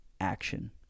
action